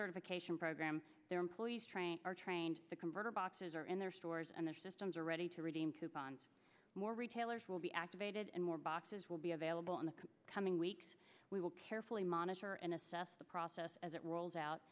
certification program their employees are trained the converter boxes are in their stores and their systems are ready to redeem coupons more retailers will be activated and more boxes will be available in the coming weeks we will carefully monitor and assess the process as it rolls out